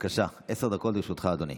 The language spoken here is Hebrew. בבקשה, עשר דקות לרשותך, אדוני.